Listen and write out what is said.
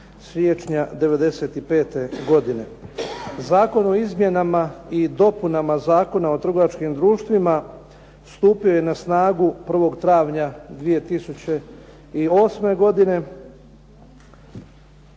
siječnja '95. godine. Zakon o izmjenama i dopuna Zakona o trgovačkim društvima, stupio je na snagu 1. travnja 2008. godine